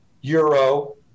euro